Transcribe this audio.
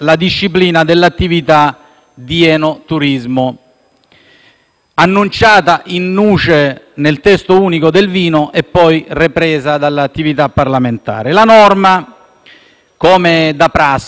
annunciata *in nuce* nel testo unico del vino e poi ripresa dall'attività parlamentare. La norma, come da prassi, contiene un espresso rinvio